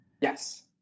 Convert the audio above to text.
yes